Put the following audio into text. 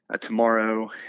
tomorrow